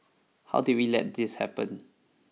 how did we let this happen